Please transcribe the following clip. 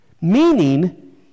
Meaning